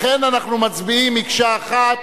לכן אנחנו מצביעים מקשה אחת.